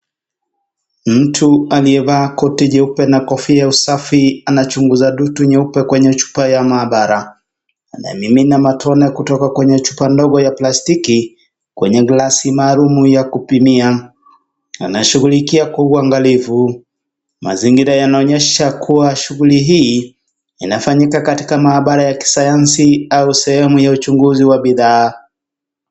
Mtu aliyevaa koti jeupe na kofia safi anachunguza dhutu nyeupe kwenye chupa ya mahabara. Anamimina matone kutoka kwenye chupa ndogo ya plastic kwenye gilasi maalum ya kupimia. Anashugulikia kwa uhangalifu mazingira yanaonyesha kuwa shuguli hii inafanyika katika mahabara ya kisayanzi au sehemu ya uchunguzi wa bidhaa.